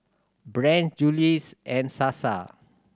brand Julie's and Sasa